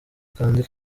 kandi